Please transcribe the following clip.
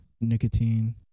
nicotine